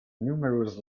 numerous